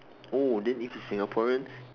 oh then if it's Singaporean